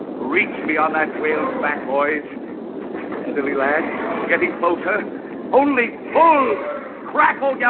reach me on that. whales back boys steadily lads i'm getting closer only full crackled yeah